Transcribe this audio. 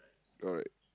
alright